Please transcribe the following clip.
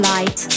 Light